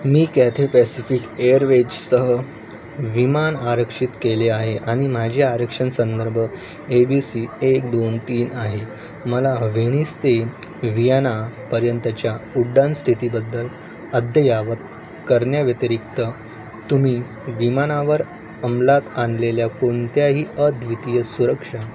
मी Cathay Pacific एअरवेजसह विमान आरक्षित केले आहे आणि माझे आरक्षण संदर्भ ए बी सी एक दोन तीन आहे मला व्हेनिस ते विहेनापर्यंतच्या उड्डाण स्थितीबद्दल अद्ययावत करण्याव्यतिरिक्त तुम्ही विमानावर अमलात आणलेल्या कोणत्याही अद्वितीय सुरक्षा वैशिष्ट्यांबद्दल किंवा नाविन्यपूर्ण तंत्रज्ञानाबद्दल माहिती देऊ शकता का